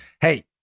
hey